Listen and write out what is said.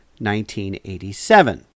1987